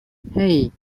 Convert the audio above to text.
hey